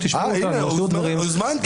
הוזמנתם.